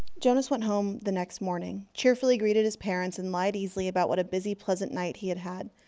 jonas went home the next morning, cheerfully greeted his parents, and lied easily about what a busy, pleasant night he had had.